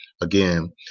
Again